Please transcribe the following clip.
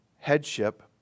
Headship